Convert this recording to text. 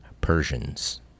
Persians